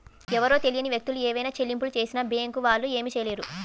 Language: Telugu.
ఎవరో తెలియని వ్యక్తులు ఏవైనా చెల్లింపులు చేసినా బ్యేంకు వాళ్ళు ఏమీ చేయలేరు